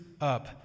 up